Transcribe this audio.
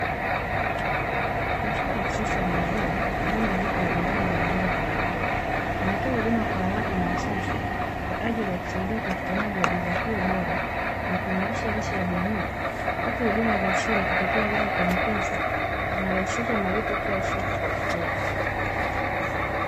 Mashine ya kisasa ya maziwa ndani ya duka la bidhaa mbalimbali za maziwa inatoa huduma kwa haraka na usafi kwa ajili ya kusaidia upatikanaji wa bidhaa hiyo bora na kuimarisha lishe ya jamii, huku huduma za simu kupitia lipa kwa m-pesa zinarahisisha malipo kila siku kwa wateja.